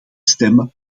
stemmen